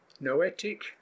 noetic